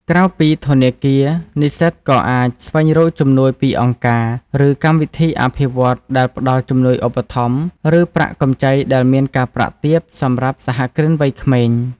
ក្រៅពីធនាគារ និស្សិតក៏អាចស្វែងរកជំនួយពីអង្គការ ឬកម្មវិធីអភិវឌ្ឍន៍ដែលផ្តល់ជំនួយឧបត្ថម្ភ ឬប្រាក់កម្ចីដែលមានការប្រាក់ទាបសម្រាប់សហគ្រិនវ័យក្មេង។